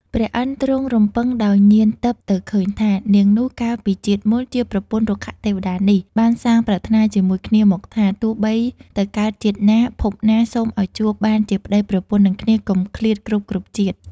ព្រះឥន្ធទ្រង់រំពឹងដោយញាណទិព្វទៅឃើញថា នាងនោះ កាលពីជាតិមុនជាប្រពន្ធរុក្ខទេវតានេះ បានសាងប្រាថ្នាជាមួយគ្នាមកថា “ទោះបីទៅកើតជាតិណា ភពណាសូមឱ្យជួប បានជាប្ដីប្រពន្ធនិងគ្នា កុំឃ្លាតគ្រប់ៗជាតិ”។